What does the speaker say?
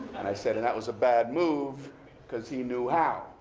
and i said, that was a bad move cause he knew how.